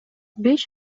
беш